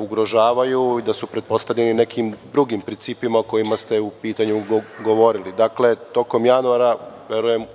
ugrožavaju i da su pretpostavljeni nekim drugim principima o kojima ste u pitanju govorili. Dakle, tokom januara, verujem,